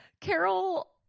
Carol